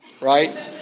right